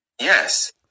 Yes